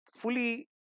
fully